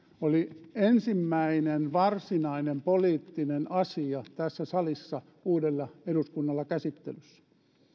oli ensimmäinen varsinainen poliittinen asia tässä salissa uudella eduskunnalla käsittelyssä